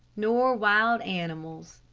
nor wild animals.